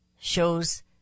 shows